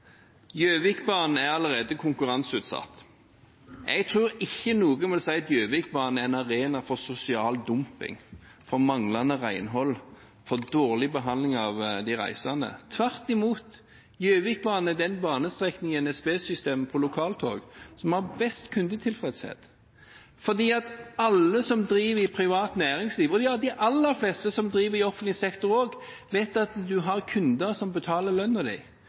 Gjøvikbanen er allerede konkurranseutsatt. Jeg tror ikke noen vil si at Gjøvikbanen er en arena for sosial dumping, for manglende renhold, for dårlig behandling av de reisende. Tvert imot: Gjøvikbanen er den banestrekningen i NSB-systemet for lokaltog som har best kundetilfredshet, for alle som driver i privat næringsliv, også de aller fleste som driver i offentlig sektor, vet at de har kunder som betaler